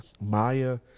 Maya